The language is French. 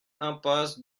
impasse